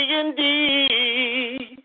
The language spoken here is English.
indeed